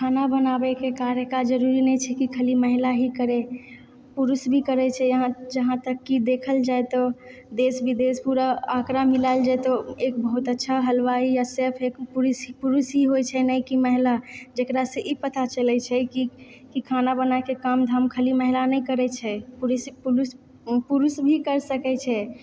खाना बनाबएके कार्यके जरूरी नहि छै कि खाली महिला ही करए पुरुष भी करए छै अहाँ जहाँ तक की देखल जाए तऽ देश विदेश पूरा आंकड़ा मिलाएल जाए तऽ एक बहुत अच्छा हलवाइ आ सेफ एक पुरुष ही होइत छै नहि की महिला जेकरासँ ई पता चलए छै कि खाना बनाबएके काम धाम खाली महिला नहि करए छै पुरुष भी करि सकए छै